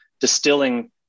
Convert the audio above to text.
distilling